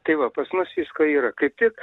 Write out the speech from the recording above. tai va pas mus visko yra kaip tik